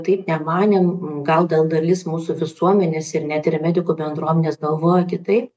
taip nemanėm gal dal dalis mūsų visuomenės ir net ir medikų bendruomenės galvoja kitai